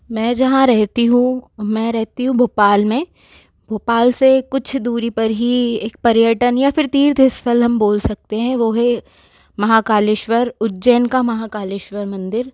मैं जहाँ रहती हूँ मैं रहती हूँ भोपाल में भोपाल से कुछ दूरी पर ही एक पर्यटन या फिर तीर्थ स्थल हम बोल सकते हैं वो है महाकालेश्वर उज्जैन का महाकालेश्वर मंदिर